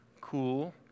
cool